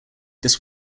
this